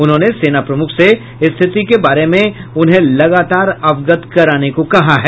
उन्होंने सेना प्रमुख से स्थिति के बारे में उन्हें लगातार अवगत कराने को कहा है